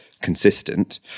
consistent